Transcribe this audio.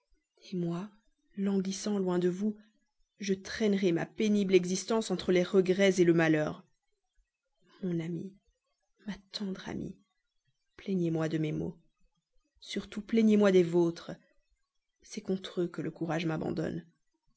lettre moi languissant loin de vous je traînerai ma pénible existence entre les regrets le malheur mon amie ma tendre amie plaignez-moi de mes maux surtout plaignez-moi des vôtres c'est contre eux que le courage m'abandonne